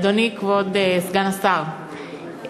אדוני כבוד סגן השר,